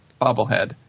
Bobblehead